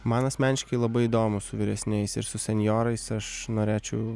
man asmeniškai labai įdomu su vyresniais ir su senjorais aš norėčiau